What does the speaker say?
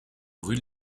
rue